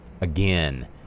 again